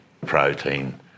protein